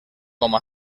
como